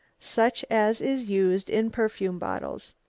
such as is used in perfume bottles.